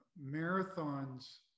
Marathon's